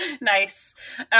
Nice